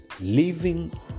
living